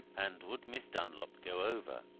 and would miss dunlop go over?